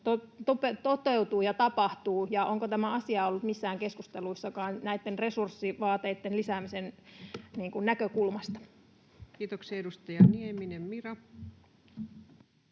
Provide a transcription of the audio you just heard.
toteutuu ja tapahtuu, ja onko tämä asia ollut missään keskusteluissakaan näitten resurssivaateitten lisäämisen näkökulmasta? Kiitoksia. — Edustaja Nieminen, Mira.